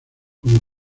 como